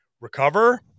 recover